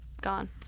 gone